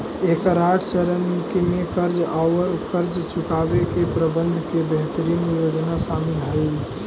एकर आठ चरण में कर्ज औउर कर्ज चुकावे के प्रबंधन के बेहतरीन योजना शामिल हई